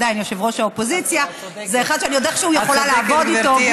עדיין יושב-ראש האופוזיציה זה אחד שאני עוד איכשהו יכולה לעבוד איתו,